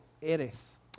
eres